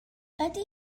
ydy